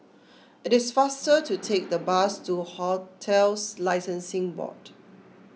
it is faster to take the bus to Hotels Licensing Board